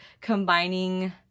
combining